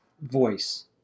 voice